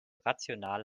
rational